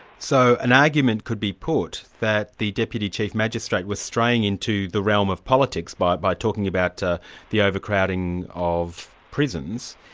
so an argument could be put that the deputy chief magistrate was straying into the realm of politics by by talking about the overcrowding of prisons,